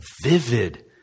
vivid